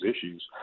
issues